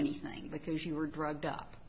anything because you were drugged up